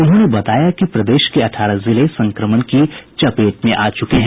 उन्होंने बताया कि प्रदेश के अठारह जिले संक्रमण की चपेट में आ चुके हैं